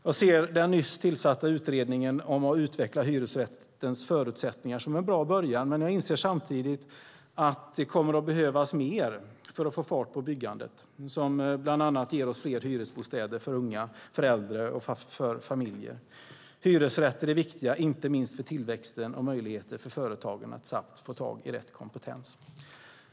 Jag ser den nyss tillsatta utredningen om att utveckla hyresrättens förutsättningar som en bra början, men jag inser samtidigt att det kommer att behövas mer för att få fart på det byggande som bland annat ger oss fler hyresbostäder för unga, för äldre och för familjer. Hyresrätter är viktiga, inte minst för tillväxten och möjligheter för företag att snabbt få tag i rätt kompetens.